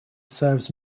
serves